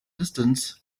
distance